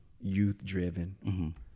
youth-driven